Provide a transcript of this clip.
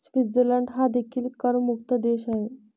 Switzerland हा देखील करमुक्त देश आहे